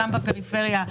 גם בפריפריה,